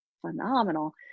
phenomenal